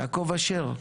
יעקב אשר,